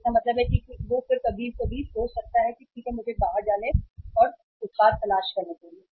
तो इसका मतलब है कि वह फिर कभी कभी सोच सकता है कि ठीक है मुझे बाहर जाने और उत्पाद की तलाश करने के लिए